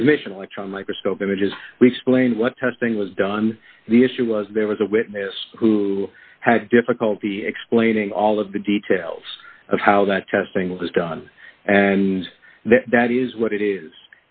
transmission electron microscope images we explained what testing was done the issue was there was a witness who had difficulty explaining all of the details of how that testing was done and that is what it is